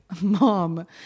mom